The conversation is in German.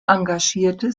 engagierte